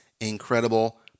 incredible